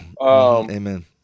Amen